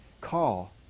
Call